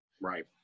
Right